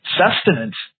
sustenance